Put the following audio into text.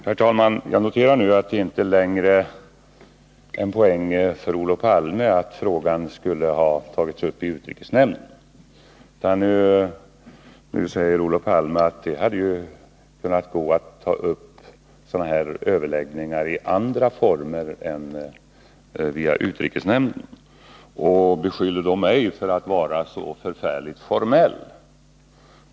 Herr talman! Jag noterar att poängen för Olof Palme inte längre är att frågan skulle ha tagits upp i utrikesnämnden. Nu säger Olof Palme att det hade gått att ta upp överläggningar i andra former än via utrikesnämnden, och han beskyller mig för att vara så förfärligt formell.